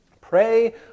Pray